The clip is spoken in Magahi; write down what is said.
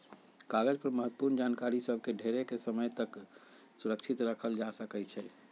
कागज पर महत्वपूर्ण जानकारि सभ के ढेरेके समय तक सुरक्षित राखल जा सकै छइ